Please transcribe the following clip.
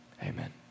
amen